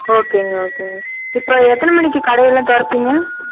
ஓகேங்க ஓகேங்க இப்போ எத்தனை மணிக்கு கடையெல்லாம் திறப்பீங்க